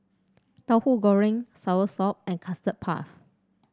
Tauhu Goreng soursop and Custard Puff